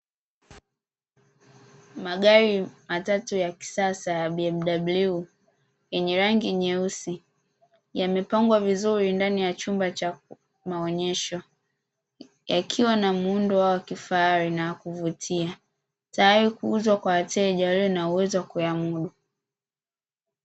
Magari matatu ya kisasa ya "BMW" yenye rangi nyeusi yamepangwa vizuri ndani ya chumba cha maonyesho, yakiwa na muundo wa kifahari na wa kuvutia tayari kuuzwa kwa wateja walio na uwezo wa kuyamudu.